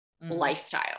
lifestyle